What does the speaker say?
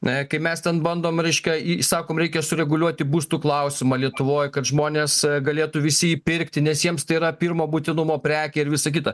na kai mes ten bandom reiškia įsakom reikia sureguliuoti būstų klausimą lietuvoj kad žmonės galėtų visi įpirkti nes jiems tai yra pirmo būtinumo prekė ir visa kita